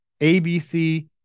ABC